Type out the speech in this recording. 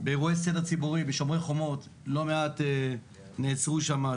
באירועי סדר ציבורי ב"שומר חומות" לא מעט נעצרו שם,